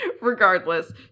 regardless